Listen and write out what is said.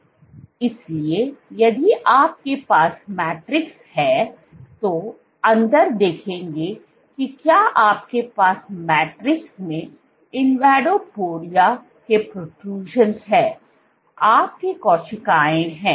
इसलिए यदि आपके पास मैट्रिक्स है तो अंदर देखें कि क्या आपके पास मैट्रिक्स में इनवॉडोपोडिया के प्रोट्रूशियंस हैं आपकी कोशिकाएं हैं